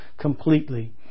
completely